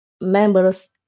members